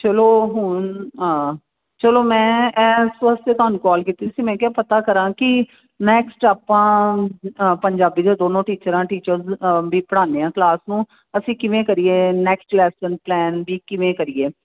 ਚਲੋ ਹੁਣ ਹਾਂ ਚਲੋ ਮੈਂ ਇਸ ਵਾਸਤੇ ਤੁਹਾਨੂੰ ਕਾਲ ਕੀਤੀ ਸੀ ਮੈਂ ਕਿਹਾ ਪਤਾ ਕਰਾਂ ਕਿ ਨੈਕਸਟ ਆਪਾਂ ਪੰਜਾਬੀ ਦੇ ਦੋਨੋਂ ਟੀਚਰ ਆ ਟੀਚਰ ਵੀ ਪੜ੍ਹਾਉਂਦੇ ਹਾਂ ਕਲਾਸ ਨੂੰ ਅਸੀਂ ਕਿਵੇਂ ਕਰੀਏ ਨੈਕਸਟ ਲੈਸਨ ਪਲੈਨ ਵੀ ਕਿਵੇਂ ਕਰੀਏ